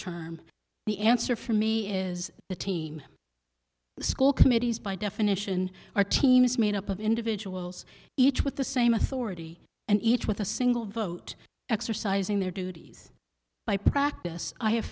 time the answer for me is the team school committees by definition our team is made up of individuals each with the same authority and each with a single vote exercising their duties by practice i have